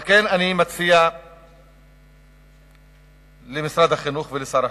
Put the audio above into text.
על כן אני מציע למשרד החינוך ולשר החינוך,